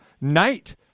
night